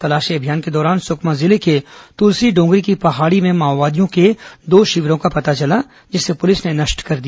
तलाशी अभियान के दौरान सुकमा जिले के तुलसीडोंगरी की पहाड़ी में माओवादियों के दो शिविरों का पता चला जिसे पुलिस ने नष्ट कर दिया